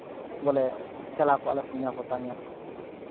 ᱵᱚᱞᱮ ᱪᱟᱞᱟᱣ ᱠᱚᱜ ᱟᱞᱮ ᱥᱚᱡᱽᱱᱟ ᱯᱟᱛᱟ ᱧᱮᱞ